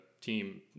team